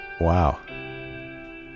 Wow